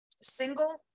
single